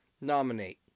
nominate